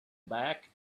back